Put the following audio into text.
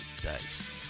days